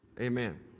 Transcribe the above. Amen